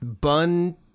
bun